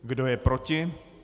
Kdo je proti?